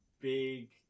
big